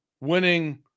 winning